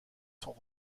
sont